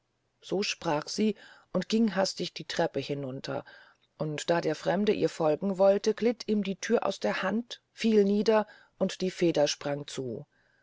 so sprach sie und ging hastig die treppe hinunter und da der fremde ihr folgen wollte glitt ihm die thür aus der hand fiel nieder und die feder sprang zu